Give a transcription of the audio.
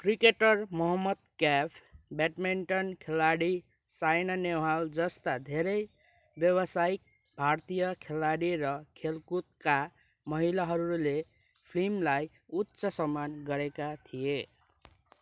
cricketer Mohammad Kaif badminton खेलाडी साइना नेहवाल जस्ता धेरै व्यवसायिक भारतीय खेलाडी र खेलकुदका महिलाहरूले फिल्मलाई उच्च सम्मान गरेका थिए